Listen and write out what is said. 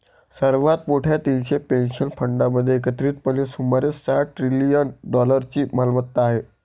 सर्वात मोठ्या तीनशे पेन्शन फंडांमध्ये एकत्रितपणे सुमारे सहा ट्रिलियन डॉलर्सची मालमत्ता आहे